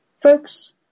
Folks